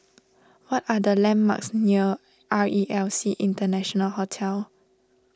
what are the landmarks near R E L C International Hotel